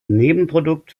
nebenprodukt